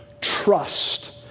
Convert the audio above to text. trust